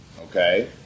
okay